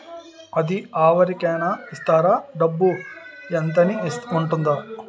అది అవరి కేనా ఇస్తారా? డబ్బు ఇంత అని ఉంటుందా?